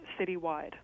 citywide